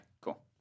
Cool